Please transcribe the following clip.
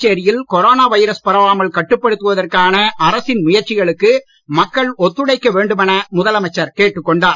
புதுச்சேரியில் corona virus பரவாமல் கட்டுப் படுத்துவதற்கான அரசின் முயற்சிகளுக்கு மக்கள் ஒத்துழைக்க வேண்டுமென முதலமைச்சர் கேட்டுக் கொண்டார்